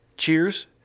Cheers